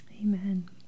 Amen